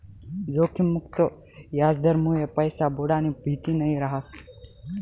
जोखिम मुक्त याजदरमुये पैसा बुडानी भीती नयी रहास